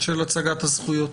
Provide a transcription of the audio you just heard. של הצגת הזכויות.